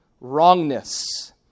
Wrongness